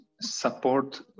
support